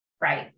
Right